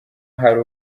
hari